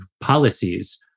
policies